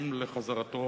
תרצה.